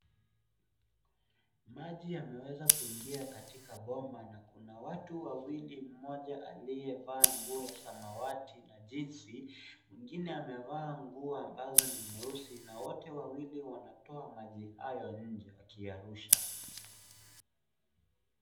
Maji yameweza kuingia katika boma na kuna watu wawili mmoja aliye vaa nguo ya samawati na jeans mwingine amevaa nguo ambazo ni nyeusi na wote wawili wanatoa maji hayo nje wakiyarusha.